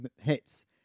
hits